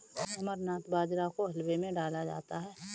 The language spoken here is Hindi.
अमरनाथ बाजरा को हलवे में डाला जाता है